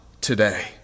today